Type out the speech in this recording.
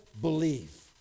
believe